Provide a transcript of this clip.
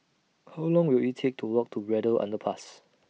How Long Will IT Take to Walk to Braddell Underpass